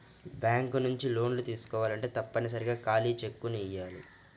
bank నుంచి లోన్లు తీసుకోవాలంటే తప్పనిసరిగా ఖాళీ చెక్కుని ఇయ్యాలి